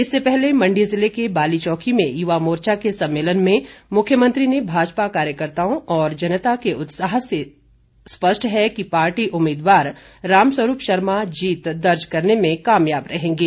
इससे पहले मण्डी जिले के बालीचौकी में युवा मोर्चा के सम्मेलन में मुख्यमंत्री ने भाजपा कार्यकर्ताओं और जनता के उत्साह से स्पष्ट है कि पार्टी उम्मीदवार राम स्वरूप शर्मा जीत दर्ज करने में कामयाब रहेंगे